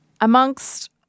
Amongst